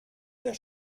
der